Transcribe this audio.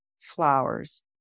flowers